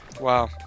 wow